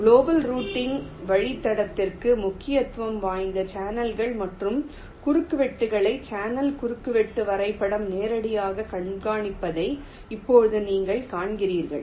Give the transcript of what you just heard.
global routing வழித்தடத்திற்கு முக்கியத்துவம் வாய்ந்த சேனல்கள் மற்றும் குறுக்குவெட்டுகளை சேனல் குறுக்குவெட்டு வரைபடம் நேரடியாக கண்காணிப்பதை இப்போது நீங்கள் காண்கிறீர்கள்